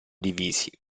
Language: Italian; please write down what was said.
divisi